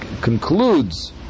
concludes